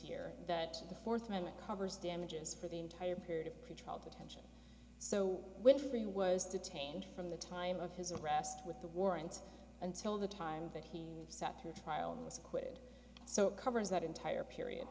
year that the fourth amendment covers damages for the entire period of pretrial detention so winfrey was detained from the time of his arrest with the warrants until the time that he sat through trial and squid so covers that entire period